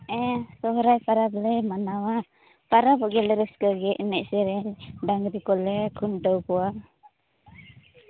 ᱦᱮᱸ ᱥᱚᱦᱚᱨᱟᱭ ᱯᱟᱨᱟᱵᱽ ᱞᱮ ᱢᱟᱱᱟᱣᱟ ᱯᱟᱨᱟᱵᱚᱽ ᱜᱮᱞᱮ ᱨᱟᱹᱥᱠᱟᱹ ᱜᱮ ᱮᱱᱮᱡ ᱥᱮᱨᱮᱧ ᱰᱟᱝᱨᱤ ᱠᱚᱞᱮ ᱠᱷᱩᱱᱴᱟᱹᱣ ᱠᱚᱣᱟ